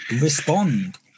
respond